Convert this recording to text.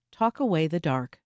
talkawaythedark